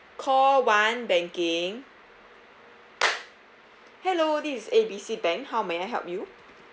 call one banking hello this is A B C bank how may I help you